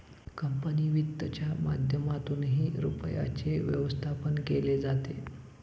company वित्तच्या माध्यमातूनही रुपयाचे व्यवस्थापन केले जाते